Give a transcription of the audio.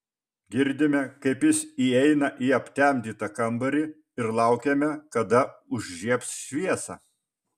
girdime kaip jis įeina į aptemdytą kambarį ir laukiame kada užžiebs šviesą